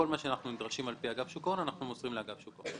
כל מה שאנחנו נדרשים על פי אגף שוק ההון אנחנו מוסרים לאגף שוק ההון.